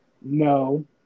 No